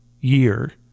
year